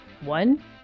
One